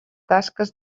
tasques